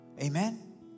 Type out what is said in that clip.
Amen